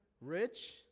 Rich